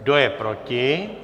Kdo je proti?